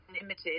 limited